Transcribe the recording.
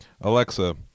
Alexa